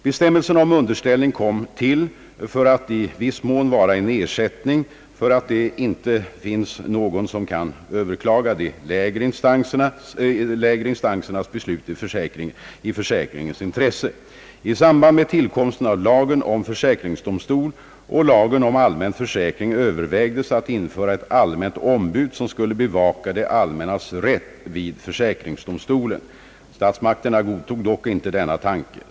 Bestämmelserna om underställning kom till för att i viss mån vara en ersättning för att det inte finns någon som kan överklaga de lägre instansernas beslut i försäkringens intresse. I samband med tillkomsten av lagen om försäkringsdomstol och lagen om allmän försäkring övervägdes att införa ett allmänt ombud, som skulle bevaka det allmännas rätt vid försäkringsdomstolen. Statsmakterna godtog dock inte denna tanke.